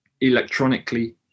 electronically